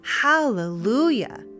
hallelujah